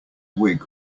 wig